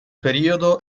periodo